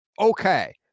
Okay